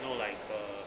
you know like err